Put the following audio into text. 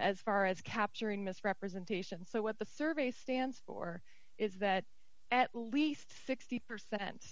as far as capturing misrepresentation so what the survey stands for is that at least sixty percent